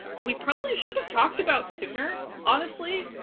we probably should have talked about sooner, honestly?